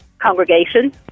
congregation